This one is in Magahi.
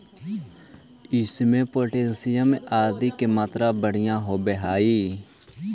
इमें पोटाशियम आदि के मात्रा बढ़िया होवऽ हई